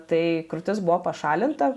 tai krūtis buvo pašalinta